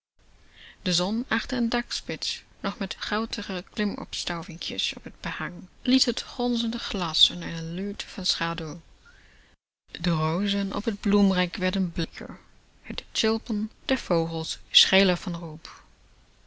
de zon achter een dakspits nog met guitige klimopstuivinkjes op het behang liet het gonzende glas in eene luwte van schaduw de rozen op het bloemrek werden bleeker het tsjilpen der vogels scheller van roep